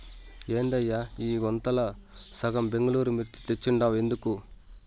ఏందయ్యా ఈ గోతాంల సగం బెంగళూరు మిర్చి తెచ్చుండావు ఎందుకు